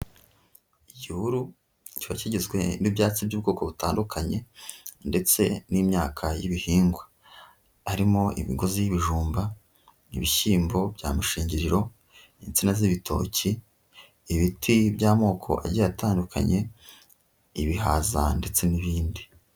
Igihuru kiba kigizwe n'ibyatsi by'ubwoko butandukanye ndetse n'imyaka y'ibihingwa, harimo imigozi y'ibijumba, ibishyimbo bya mushingiriro, insina z'ibitoki, ibiti by'amoko agiye atandukanye, ibihaza ndetse n'ibindi.